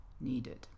needed